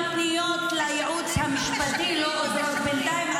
-- גם פניות לייעוץ המשפטי לא עוזרות בינתיים.